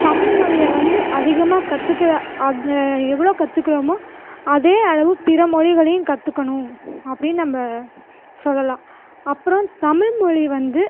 தமிழ் மொழியை வந்து அதிகமாக கற்றுக்குற அதை எவ்வளோ கற்றுக்குறமோ அதே அளவு பிற மொழிகளையும் கற்றுக்கணும் அப்படி நம்ம சொல்லெலாம் அப்புறம் தமிழ் மொழி வந்து